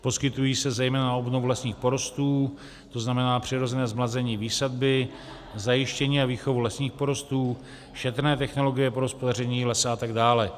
Poskytují se zejména na obnovu lesních porostů, to znamená přirozené zmlazení i výsadby, zajištění a výchovu lesních porostů, šetrné technologie pro hospodaření lesa a tak dále.